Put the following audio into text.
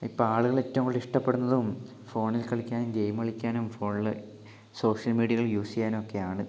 ഇപ്പൊൾ ആളുകൾ ഏറ്റവും കൂടുതൽ ഇഷ്ടപ്പെടുന്നതും ഫോണിൽ കളിയ്ക്കാനും ഗെയിം കളിക്കാനും ഫോണിൽ സോഷ്യൽ മീഡിയകൾ യൂസ് ചെയ്യാനുമൊക്കെയാണ്